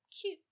Cute